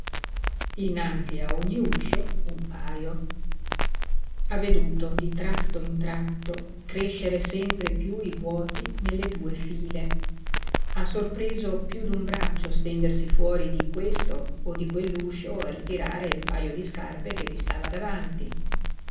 innanzi a ogni uscio un pajo ha veduto di tratto in tratto crescere sempre piú i vuoti nelle due file ha sorpreso piú d'un braccio stendersi fuori di questo o di quell'uscio a ritirare il pajo di scarpe che vi stava davanti